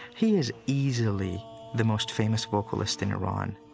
he is easily the most famous vocalist in iran,